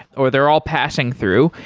or they're all passing through,